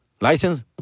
License